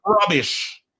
rubbish